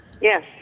yes